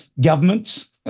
governments